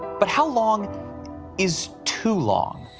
but how long is too long?